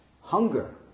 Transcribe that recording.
hunger